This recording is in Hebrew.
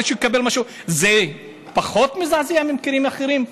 זה פחות מזעזע ממקרים אחרים?